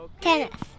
tennis